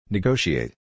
Negotiate